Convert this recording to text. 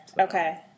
Okay